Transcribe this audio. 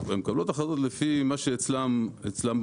הן מקבלות החלטות על פי מה שאצלם ברשות.